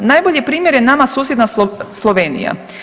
Najbolji primjer je nama susjedna Slovenija.